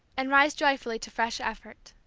and rise joyfully to fresh effort.